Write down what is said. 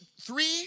three